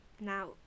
now